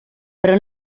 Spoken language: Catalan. però